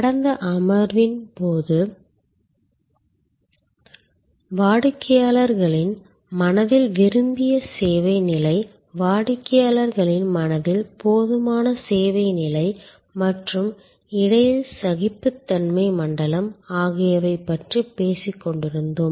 கடந்த அமர்வின் முடிவில் வாடிக்கையாளர்களின் மனதில் விரும்பிய சேவை நிலை வாடிக்கையாளர்களின் மனதில் போதுமான சேவை நிலை மற்றும் இடையில் சகிப்புத்தன்மை மண்டலம் ஆகியவற்றைப் பற்றி பேசிக் கொண்டிருந்தோம்